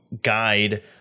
guide